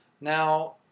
now